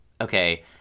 okay